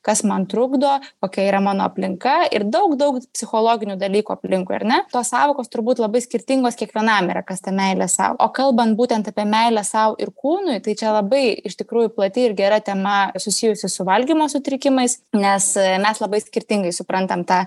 kas man trukdo kokia yra mano aplinka ir daug daug psichologinių dalykų aplinkui ar ne tos sąvokos turbūt labai skirtingos kiekvienam yra kas ta meilė sau o kalbant būtent apie meilę sau ir kūnui tai čia labai iš tikrųjų plati ir gera tema susijusi su valgymo sutrikimais nes mes labai skirtingai suprantam tą